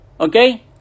okay